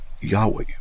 Yahweh